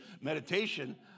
Meditation